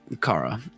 Kara